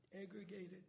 aggregated